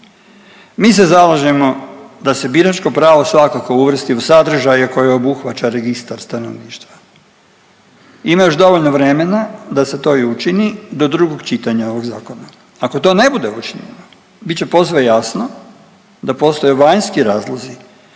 Mi se zalažemo da se biračko pravo svakako uvrsti u sadržaj a koji obuhvaća registar stanovništva. Ima još dovoljno vremena da se to i učini do drugog čitanja ovog zakona. Ako to ne bude učinjeno bit će posve jasno da postoje vanjski razlozi